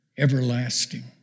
everlasting